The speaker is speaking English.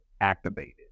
activated